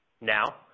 Now